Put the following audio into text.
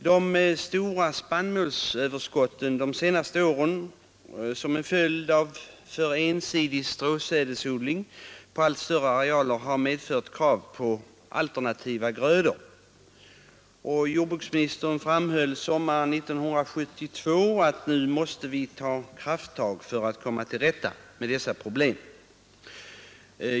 De stora spannmålsöverskotten under de senaste åren, som är en följd av för ensidig stråsädesodling på allt större arealer, har medfört krav på alternativa grödor, och jordbruksministern framhöll sommaren 1972 att nu måste vi ta krafttag för att komma till rätta med dessa problem.